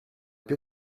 più